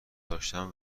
داشتن